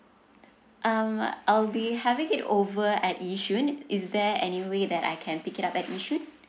um I'll be having it over at yishun is there any way that I can pick it up at yishun